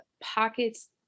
pockets